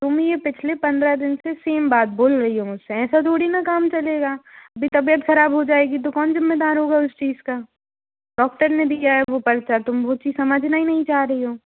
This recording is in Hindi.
तुम ये पिछले पंद्रह दिन से सेम बात बोल रही हो मुझ से ऐसा थोड़ी ना काम चलेगा अभी तबियत ख़राब हो जाएगी तो कौन ज़िम्मेदार होगा उस चीज़ का डॉक्टर ने भी दिया है वो पर्चा तुम वो चीज़ समझना ही नहीं चाह रही हो